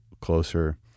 closer